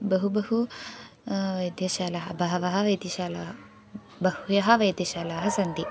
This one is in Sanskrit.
बहु बहु वैद्यशालाः बह्व्यः वैद्यशालाः बह्व्यः वैद्यशालाः सन्ति